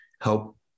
help